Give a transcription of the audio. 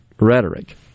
rhetoric